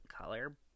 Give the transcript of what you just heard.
color